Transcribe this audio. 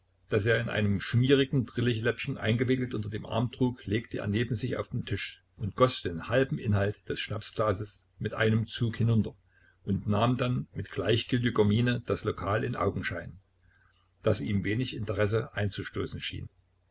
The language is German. das er in einem schmierigen drillichläppen eingewickelt unter dem arm trug legte er neben sich auf den tisch und goß den halben inhalt des schnapsglases mit einem zug hinunter und nahm dann mit gleichgültiger miene das lokal in augenschein das ihm wenig interesse einzustoßen schien